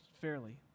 fairly